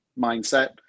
mindset